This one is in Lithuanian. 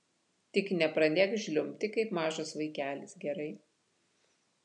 tik nepradėk žliumbti kaip mažas vaikelis gerai